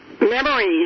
memories